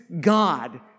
God